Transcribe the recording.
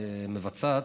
הרשות המבצעת.